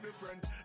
different